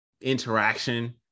interaction